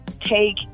take